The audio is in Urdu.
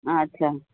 اچھا